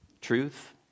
truth